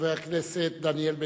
חבר הכנסת דניאל בן-סימון.